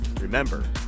Remember